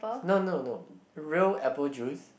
no no no real apple juice